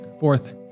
Fourth